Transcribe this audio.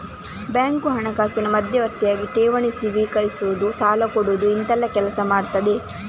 bank ಹಣಕಾಸಿನ ಮಧ್ಯವರ್ತಿಯಾಗಿ ಠೇವಣಿ ಸ್ವೀಕರಿಸುದು, ಸಾಲ ಕೊಡುದು ಇಂತೆಲ್ಲ ಕೆಲಸ ಮಾಡ್ತದೆ